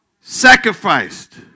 Sacrificed